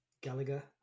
Gallagher